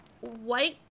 white